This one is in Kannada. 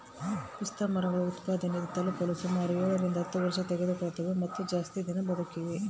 ಪಿಸ್ತಾಮರಗಳು ಉತ್ಪಾದನೆ ತಲುಪಲು ಸುಮಾರು ಏಳರಿಂದ ಹತ್ತು ವರ್ಷತೆಗೆದುಕೊಳ್ತವ ಮತ್ತೆ ಜಾಸ್ತಿ ದಿನ ಬದುಕಿದೆ